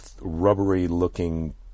rubbery-looking